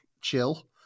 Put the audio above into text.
chill